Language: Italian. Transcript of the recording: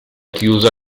chiusa